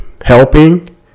helping